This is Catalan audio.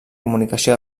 comunicació